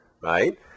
right